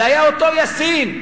זה היה אותו יאסין.